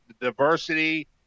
diversity